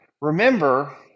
remember